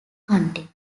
county